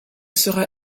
sera